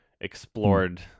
explored